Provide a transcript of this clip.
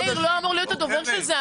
מאיר לא אמור להיות הדובר של זה.